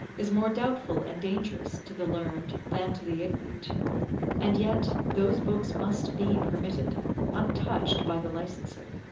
is more doubtful and dangerous to the learned than to the ignorant and yet those books must be permitted untouched by the licenser.